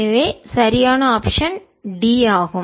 எனவே சரியான ஆப்ஷன் விருப்பம் D ஆகும்